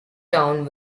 town